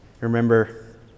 remember